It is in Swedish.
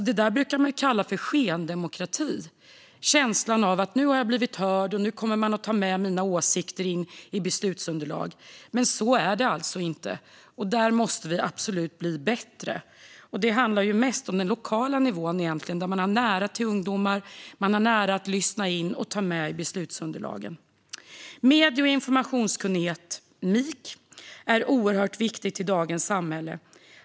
Det brukar kallas skendemokrati när man ges känslan av att man har blivit hörd och att ens åsikter kommer att tas med i beslutsunderlaget men det alltså inte blir så. Så får det inte vara, och detta måste vi absolut förbättra. Det handlar egentligen mest om den lokala nivån, där man har nära till ungdomar och nära att lyssna in och ta med åsikter i beslutsunderlagen. Medie och informationskunnighet, MIK, är oerhört viktigt i dagens samhälle.